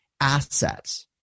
assets